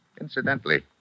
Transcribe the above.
Incidentally